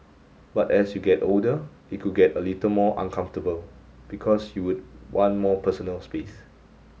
but as you get older it could get a little more uncomfortable because you would want more personal space